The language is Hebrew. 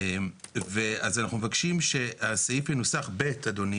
אז אנחנו מבקשים שסעיף (ב) אדוני,